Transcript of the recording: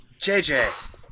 JJ